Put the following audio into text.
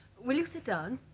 will you sit down?